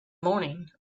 morning